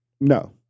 No